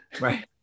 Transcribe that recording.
Right